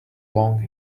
long